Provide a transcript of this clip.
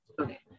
Okay